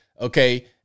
Okay